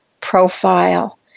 profile